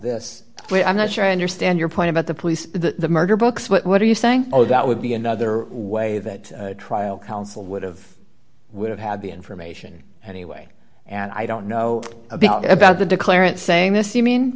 but i'm not sure i understand your point about the police the murder books what are you saying oh that would be another way that trial counsel would have would have had the information anyway and i don't know about that about the declarant saying this you mean